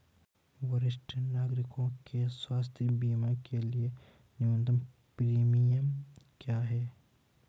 वरिष्ठ नागरिकों के स्वास्थ्य बीमा के लिए न्यूनतम प्रीमियम क्या है?